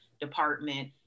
department